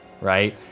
right